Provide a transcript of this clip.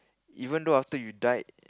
even though after you died